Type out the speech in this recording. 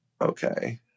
okay